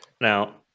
Now